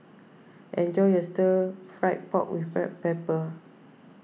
enjoy your Stir Fried Pork with Black Pepper